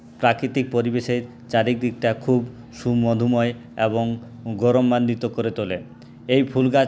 প্রাকৃতিক পরিবেশের চারিদিকটা খুব সুমধুময় এবং গৌরবান্বিত করে তোলে এই ফুল গাছ